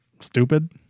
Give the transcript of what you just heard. stupid